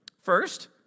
First